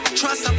trust